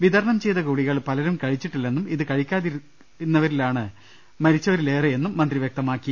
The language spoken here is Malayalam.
വിതരണം ചെയ്ത ഗുളി കകൾ പലരും കഴിച്ചിട്ടില്ലെന്നും ഇത് കഴിക്കാതിരുന്നവരാണ് മരി ച്ചവരിൽ ഏറെയെന്നും മന്ത്രി വ്യക്തമാക്കി